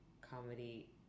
comedy